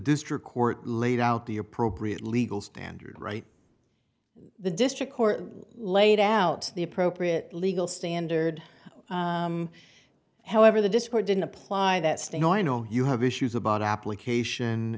district court laid out the appropriate legal standard right the district court laid out the appropriate legal standard however the dischord didn't apply that state oh i know you have issues about application